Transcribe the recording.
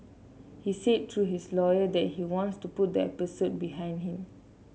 he said through his lawyer that he wants to put the episode behind him